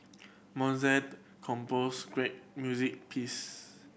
Mozart composed great music piece